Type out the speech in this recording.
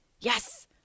Yes